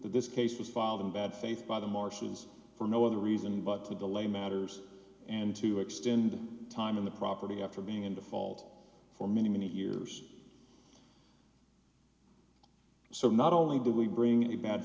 this case was filed in bad faith by the martians for no other reason but to delay matters and to extend the time in the property after being in default for many many years so not only do we bring a bad